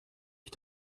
ich